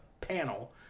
panel